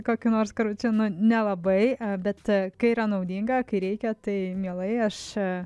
kokiu nors karučiu ne nelabai bet kai yra naudinga kai reikia tai mielai aš